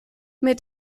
mit